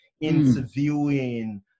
interviewing